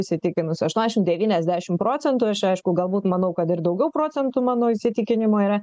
įsitikinus aštuoniasdešim devyniasdešim procentų aš aišku galbūt manau kad ir daugiau procentų mano įsitikinimu yra